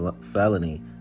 felony